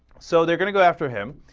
so they're going to go after him